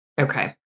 Okay